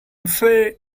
fair